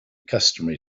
customary